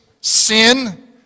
sin